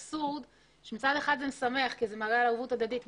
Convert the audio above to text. האבסורד הוא - מצד אחד זה משמח כי זה מראה על ערבות הדדית אבל